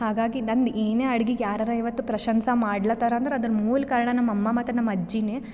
ಹಾಗಾಗಿ ನಂದು ಏನೇ ಅಡ್ಗೆಗೆ ಯಾರಾರು ಇವತ್ತು ಪ್ರಶಂಸೆ ಮಾಡತಾರೆ ಅಂದ್ರೆ ಅದ್ರ ಮೂಲ ಕಾರಣ ನಮ್ಮ ಅಮ್ಮ ಮತ್ತು ಅದು ನಮ್ಮ ಅಜ್ಜಿಯೇ